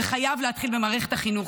זה חייב להתחיל במערכת החינוך.